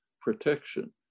protection